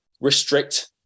restrict